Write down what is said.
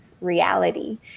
reality